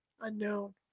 Unknown